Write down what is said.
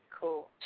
Cool